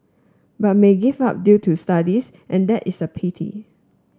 but may give up due to studies and that is a pity